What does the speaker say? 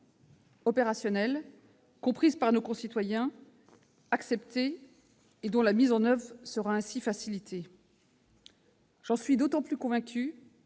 opérationnelles, comprises par nos concitoyens, acceptées et dont la mise en oeuvre sera ainsi facilitée. J'en ai été encore plus convaincue